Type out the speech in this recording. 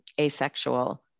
asexual